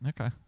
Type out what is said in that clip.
Okay